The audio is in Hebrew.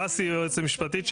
דסי היא היועצת המשפטית שלנו,